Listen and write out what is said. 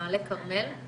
ממעלה כרמל,